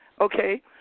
Okay